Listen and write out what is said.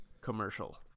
commercial